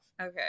Okay